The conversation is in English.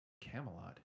Camelot